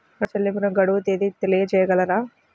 ఋణ చెల్లింపుకు గడువు తేదీ తెలియచేయగలరా?